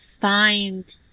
find